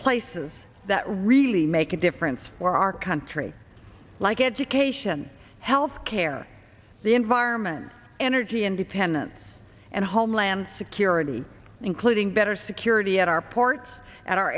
places that really make a difference for our country like education health care the environment energy independence and homeland security including better security at our ports at our